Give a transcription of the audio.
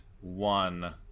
One